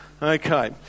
Okay